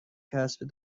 کسب